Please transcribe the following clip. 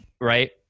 right